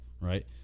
right